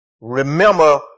Remember